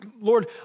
Lord